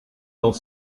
dans